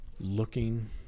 looking